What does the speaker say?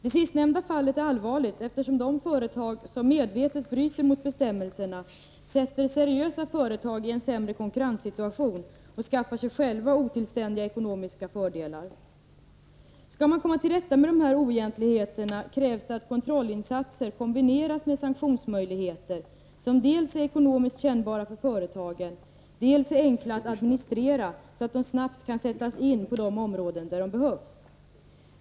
Det sistnämnda fallet är allvarligt, eftersom de företag som medvetet bryter mot bestämmelserna sätter seriösa företag i en sämre konkurrenssituation och skaffar sig själva otillständiga ekonomiska fördelar. Skall man komma till rätta med dessa oegentligheter krävs att kontrollinsatser kombineras med sanktionsmöjligheter som dels är ekonomiskt kännbara för företagen, dels är enkla att administrera så att de snabbt kan sättas in på de områden där de behövs.